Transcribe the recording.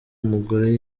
umugore